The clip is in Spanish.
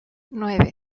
nueve